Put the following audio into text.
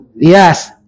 Yes